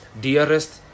dearest